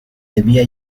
debía